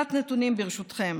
קצת נתונים, ברשותכם.